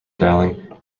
dialing